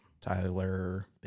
Tyler